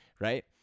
right